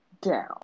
down